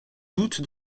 doute